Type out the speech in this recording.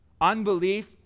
unbelief